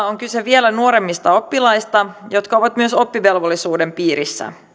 on kyse vielä nuoremmista oppilaista jotka ovat myös oppivelvollisuuden piirissä